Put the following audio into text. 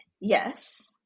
Yes